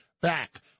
back